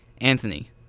Anthony